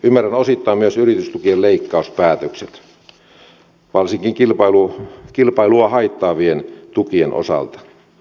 ymmärrän osittain myös yritystukien leikkauspäätökset varsinkin kilpailua haittaavien tukien osalta